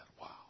Wow